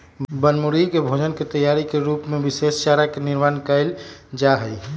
बनमुर्गी के भोजन के तैयारी के रूप में विशेष चारा के निर्माण कइल जाहई